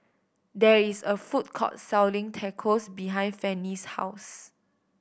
there is a food court selling Tacos behind Fannie's house